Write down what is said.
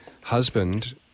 husband